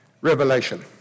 Revelation